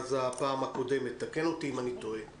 נשיאים ודיקנים אמרו: תפנו אלינו באופן אישי אם סטודנט לא